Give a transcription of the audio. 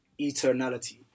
eternality